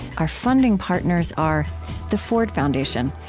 our funding partners are the ford foundation,